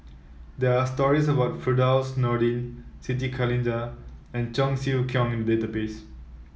there are stories about Firdaus Nordin Siti Khalijah and Cheong Siew Keong in the database